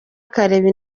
akareba